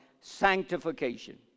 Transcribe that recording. sanctification